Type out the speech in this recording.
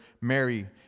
Mary